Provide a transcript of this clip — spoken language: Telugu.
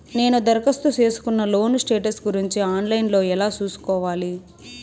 నేను దరఖాస్తు సేసుకున్న లోను స్టేటస్ గురించి ఆన్ లైను లో ఎలా సూసుకోవాలి?